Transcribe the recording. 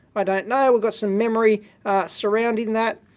i don't know. we've got some memory surrounding that.